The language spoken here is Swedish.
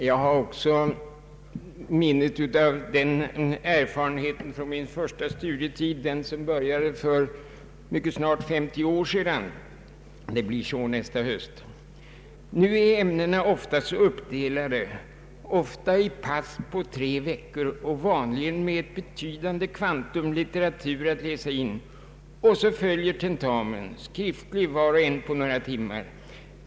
Jag minns också erfarenheten från min första studietid. Nästa höst är det 50 år sedan den började. Nu är ämnena ofta så uppdelade, kanske i pass på tre veckor med ett betydande kvantum litteratur att läsa in. Så följer tentamen, skriftlig, på några timmar, lika efter varje pass.